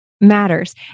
matters